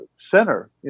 center